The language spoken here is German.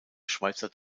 schweizer